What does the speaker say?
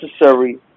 necessary